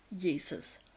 Jesus